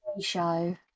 show